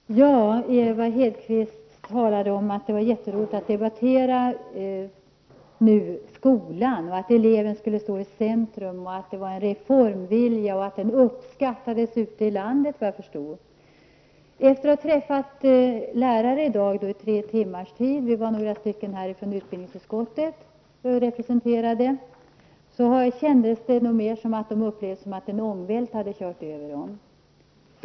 Herr talman! Ewa Hedkvist Petersen talade om att det var jätteroligt att nu debattera skolan, att eleven skulle stå i centrum och att man visar en reformvilja, som såvitt jag förstår skulle uppskattas ute i landet. Efter att tillsammans med några andra representanter för utbildningsutskottet i dag ha träffat lärare under tre timmar uppfattar jag det snarare så, att de tycker sig ha blivit överkörda av en ångvält.